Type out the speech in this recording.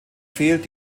fehlt